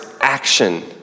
action